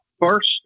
first